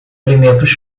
alimentos